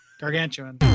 gargantuan